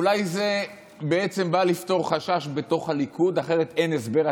אולי זה בא לפתור חשש בתוך הליכוד, אחרת אין הסבר.